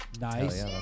Nice